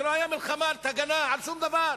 זאת לא היתה מלחמת הגנה על שום דבר.